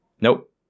nope